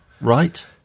right